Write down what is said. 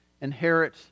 inherit